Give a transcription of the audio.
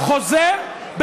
חוזר,